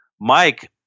Mike